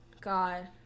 God